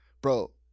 bro